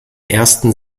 ersten